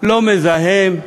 לא מזהם.